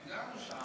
הם גרו שם.